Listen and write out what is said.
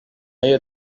y’iyo